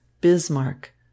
Bismarck